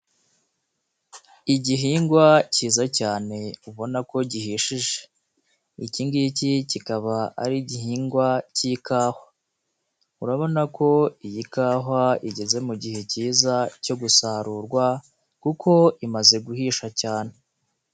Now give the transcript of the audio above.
Igihingwa kiyi cyane ubona ko gihishije, iki ngiki kikaba ari igihingwa k'ikawa, urabona ko iyi kawa igeze mu gihe cyiza cyo gusarurwa kuko imaze guhisha cyane.